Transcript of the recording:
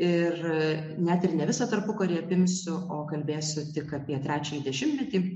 ir net ir ne visą tarpukarį apimsiu o kalbėsiu tik apie trečiąjį dešimtmetį